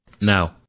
Now